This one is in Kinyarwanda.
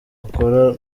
akora